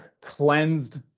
cleansed